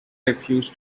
refused